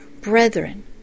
brethren